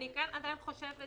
אני עדיין חושבת